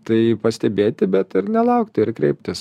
tai pastebėti bet ir nelaukti ir kreiptis